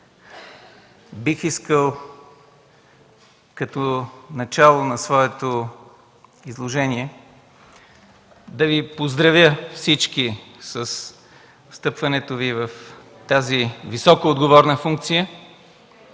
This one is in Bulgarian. Бих искал като начало на своето изложение да Ви поздравя всички с встъпването Ви в тази високоотговорна функция,